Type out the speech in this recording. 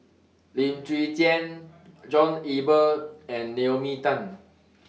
Lim Chwee Chian John Eber and Naomi Tan